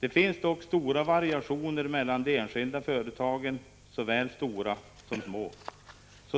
Det finns dock stora variationer mellan de enskilda företagen, såväl stora som små.